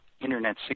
Internet